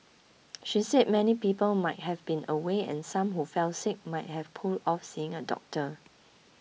she said many people might have been away and some who fell sick might have put off seeing a doctor